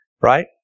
Right